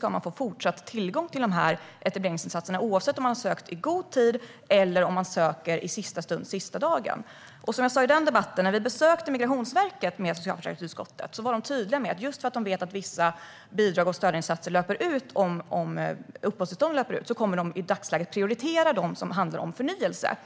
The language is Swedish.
ska få fortsatt tillgång till dessa etableringsinsatser efter det att uppehållstillståndet löper ut, oavsett om de har sökt i god tid eller söker i sista stund. Som jag sa i den debatten: När vi i socialförsäkringsutskottet besökte Migrationsverket var man där tydlig med att man - just för att man vet att vissa bidrag och stödinsatser löper ut om uppehållstillståndet löper ut - i dagsläget kommer att prioritera dem som handlar om förnyelse.